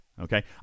okay